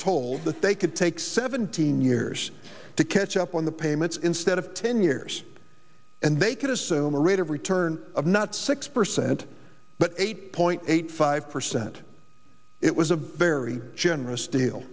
told that they could take seventeen years to catch up on the payments instead of ten years and they could assume a rate of return of not six percent but eight point eight five percent it was a very generous deal